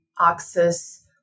access